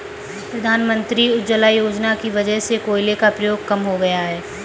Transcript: प्रधानमंत्री उज्ज्वला योजना की वजह से कोयले का प्रयोग कम हो गया है